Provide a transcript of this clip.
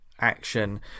action